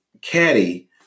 caddy